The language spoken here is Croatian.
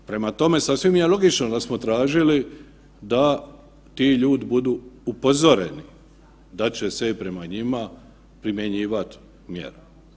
Prema tome, sasvim je logično da smo tražili da ti ljudi budu upozoreni da će se i prema njima primjenjivat mjere.